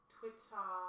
Twitter